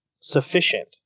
sufficient